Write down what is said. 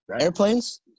Airplanes